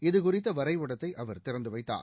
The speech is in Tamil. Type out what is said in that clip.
இதுகுறித்த வரைபடத்தை அவர் திறந்து வைத்தார்